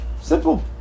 Simple